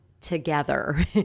Together